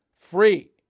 free